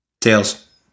Tails